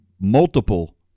multiple